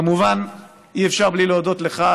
מובן שאי-אפשר בלי להודות לך,